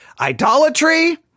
idolatry